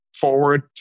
forward